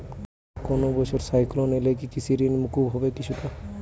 কোনো বছর সাইক্লোন এলে কি কৃষি ঋণ মকুব হবে কিছুটা?